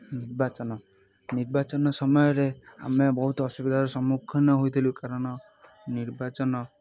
ନିର୍ବାଚନ ନିର୍ବାଚନ ସମୟରେ ଆମେ ବହୁତ ଅସୁବିଧାର ସମ୍ମୁଖୀନ ହୋଇଥିଲୁ କାରଣ ନିର୍ବାଚନ